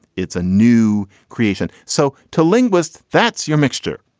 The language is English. it's a new creation. so to linguists, that's your mixture.